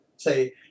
Say